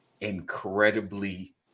incredibly